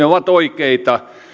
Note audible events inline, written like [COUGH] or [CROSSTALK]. [UNINTELLIGIBLE] ovat oikeita